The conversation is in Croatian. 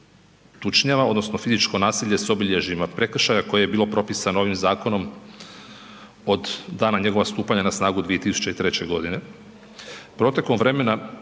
tučnjava odnosno fizičko nasilje s obilježjima prekršaja koje je bilo propisano ovim zakonom od dana njegovog stupanja na snagu 2003. godine.